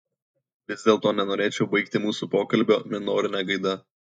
vis dėlto nenorėčiau baigti mūsų pokalbio minorine gaida